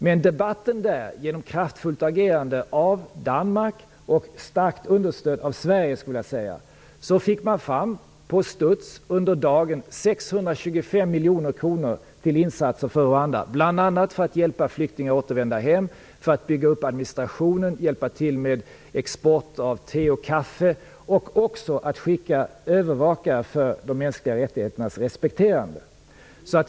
Men genom ett kraftfullt agerande av Danmark - starkt understött av Sverige, skulle jag vilja påstå - fick man på studs under dagen fram 625 miljoner kronor till insatser för Rwanda, bl.a. för att hjälpa flyktingar att återvända hem, för att bygga upp administrationen, för att hjälpa till med export av te och kaffe och även för att skicka övervakare av att de mänskliga rättigheterna respekteras.